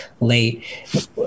late